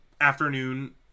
afternoon